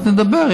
אז נדבר.